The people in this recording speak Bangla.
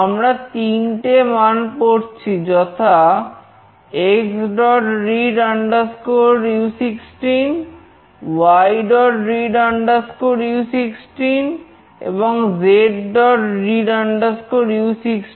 আমরা তিনটে মান পড়ছি যথা Xread u16 Yread u16 এবং Zread u16